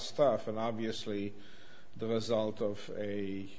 stuff and obviously the result of a